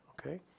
okay